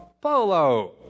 Polo